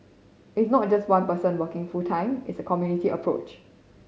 it's not just one person working full time it's a community approach